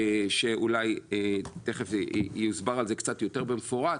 שאולי תכף יוסבר על זה קצת יותר במפורט,